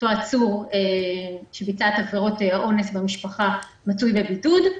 עצור שביצע את עבירות האונס במשפחה מצוי בבידוד.